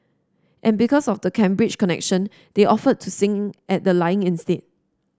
and because of the Cambridge connection they offered to sing at the lying in state